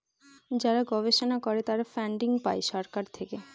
যারা গবেষণা করে তারা ফান্ডিং পাই সরকার থেকে